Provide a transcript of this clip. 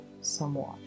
somewhat